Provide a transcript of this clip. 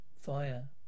Fire